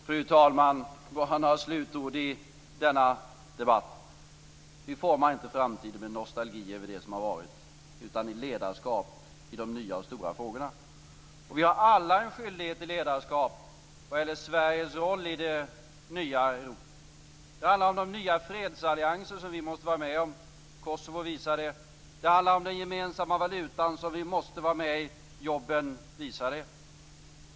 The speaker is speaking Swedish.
Fru talman! Bara några slutord i denna debatt. Vi formar inte framtiden med nostalgi över det som har varit utan i ledarskap i de nya och stora frågorna. Vi har alla en skyldighet till ledarskap vad gäller Sveriges roll i det nya Europa. Det handlar om de nya fredsallianser vi måste vara med om. Kosovo visar det. Det handlar om den gemensamma valutan som vi måste vara med i. Jobben visar det.